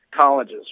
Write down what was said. colleges